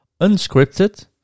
unscripted